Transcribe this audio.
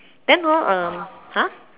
then hor um !huh!